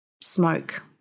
smoke